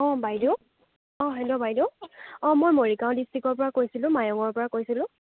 অঁ বাইদেউ অঁ হেল্ল' বাইদেউ অঁ মই মৰিগাঁও ডিষ্ট্ৰিকৰ পৰা কৈছিলোঁ মায়ঙৰ পৰা কৈছিলোঁ